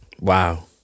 Wow